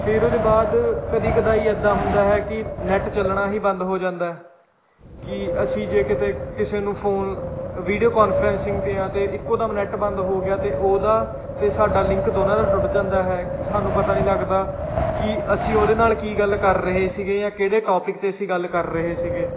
ਫਿਰ ਉਹਦੇ ਬਾਅਦ ਕਦੇ ਕਦਾਈ ਇੱਦਾਂ ਹੁੰਦਾ ਹੈ ਕਿ ਨੈੱਟ ਚੱਲਣਾ ਹੀ ਬੰਦ ਹੋ ਜਾਂਦਾ ਕਿ ਅਸੀਂ ਜੇ ਕਿਤੇ ਕਿਸੇ ਨੂੰ ਫ਼ੋਨ ਵੀਡੀਓ ਕੋਨਫਰੈਸਿੰਗ 'ਤੇ ਹਾਂ ਅਤੇ ਇੱਕੋ ਦਮ ਨੈੱਟ ਬੰਦ ਹੋ ਗਿਆ ਅਤੇ ਉਹਦਾ ਅਤੇ ਸਾਡਾ ਲਿੰਕ ਦੋਨਾਂ ਦਾ ਟੁੱਟ ਜਾਂਦਾ ਹੈ ਸਾਨੂੰ ਪਤਾ ਨਹੀਂ ਲੱਗਦਾ ਕਿ ਅਸੀਂ ਉਹਦੇ ਨਾਲ ਕੀ ਗੱਲ ਕਰ ਰਹੇ ਸੀਗੇ ਜਾਂ ਕਿਹੜੇ ਟੋਪਿਕ 'ਤੇ ਅਸੀਂ ਗੱਲ ਕਰ ਰਹੇ ਸੀਗੇ